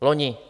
Loni.